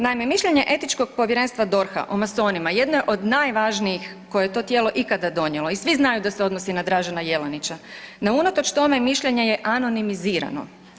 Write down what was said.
Naime, mišljenje etičkog povjerenstva DORH-a o masonima jedno je od najvažnijih koje je to tijelo ikada donijelo i svi znaju da se odnosi na Dražena Jelenića, no unatoč tome mišljenje je anonimizirano.